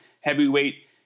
heavyweight